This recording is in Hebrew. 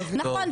נכון.